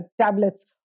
tablets